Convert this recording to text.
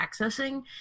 accessing